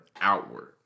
outward